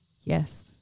Yes